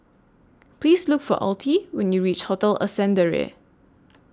Please Look For Altie when YOU REACH Hotel Ascendere